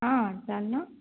ହଁ ଚାଲୁନ